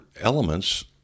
elements